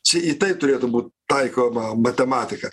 čia į tai turėtų būt taikoma matematika